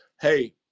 hey